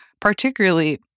particularly